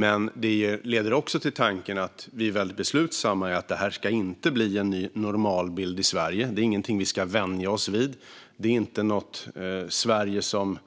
Men det leder också till tanken att vi är väldigt beslutna att det här inte ska bli en ny normalbild i Sverige. Det är inget vi ska vänja oss vid. Det är inte ett Sverige som